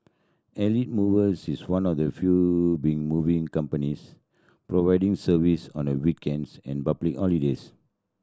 Elite Movers is one of the few big moving companies providing service on the weekends and public holidays